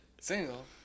Single